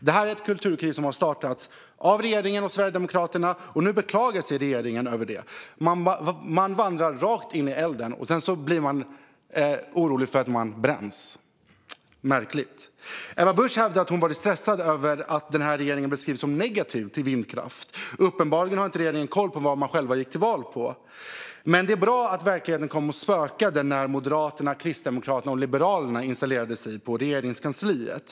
Detta är ett kulturkrig som har startats av regeringen och Sverigedemokraterna, och nu beklagar sig regeringen över det. Man vandrar rakt in i elden, och sedan blir man orolig över att det bränns - märkligt. Ebba Busch hävdar att hon varit stressad över att den här regeringen beskrivs som negativ till vindkraft. Uppenbarligen har regeringen inte koll på vad man själv gick till val på. Det är bra att verkligheten kom och spökade när Moderaterna, Kristdemokraterna och Liberalerna installerade sig i Regeringskansliet.